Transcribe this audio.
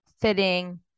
fitting